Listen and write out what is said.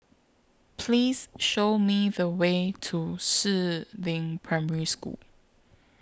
Please Show Me The Way to Si Ling Primary School